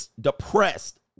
depressed